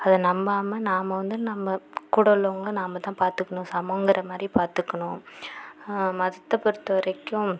அதை நம்பாமல் நாம் வந்து நம்ம கூட உள்ளவங்களை நாம் தான் பார்த்துக்கணும் சமம்ங்கிற மாதிரி பார்த்துக்கணும் மதத்தை பொறுத்தவரைக்கும்